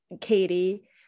Katie